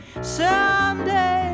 Someday